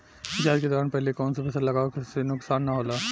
जाँच के दौरान पहिले कौन से फसल लगावे से नुकसान न होला?